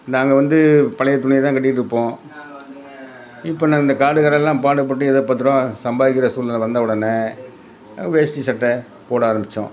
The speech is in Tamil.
நாங்கள் வந்து பழையத்துணிய தான் கட்டிகிட்டுருப்போம் இப்போது நாங்கள் இந்த காடுக்கரையெல்லாம் பாடுப்பட்டு ஏதோ பத்துருபாய் சம்பாதிக்கிற சூழ்நில வந்த உடனே வேஷ்டி சட்டை போட ஆரம்பித்தோம்